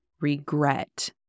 regret